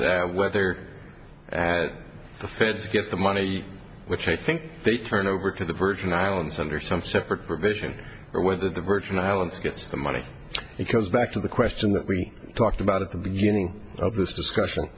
is whether the feds get the money which i think they turned over to the virgin islands under some separate provision or whether the virgin islands gets the money it goes back to the question that we talked about at the beginning of this discussion